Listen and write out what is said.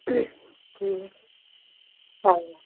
हूं हा